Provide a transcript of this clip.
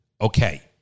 Okay